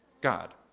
God